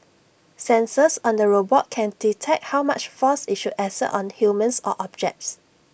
sensors on the robot can detect how much force IT should exert on humans or objects